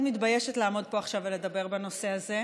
מתביישת לעמוד פה עכשיו ולדבר בנושא הזה.